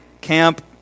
camp